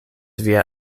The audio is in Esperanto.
via